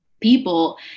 people